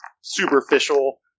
superficial